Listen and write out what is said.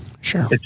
Sure